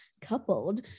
coupled